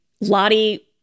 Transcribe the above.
Lottie